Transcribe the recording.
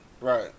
Right